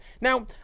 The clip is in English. Now